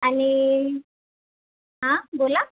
आणि बोला